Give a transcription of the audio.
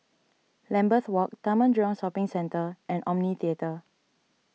Lambeth Walk Taman Jurong Shopping Centre and Omni theatre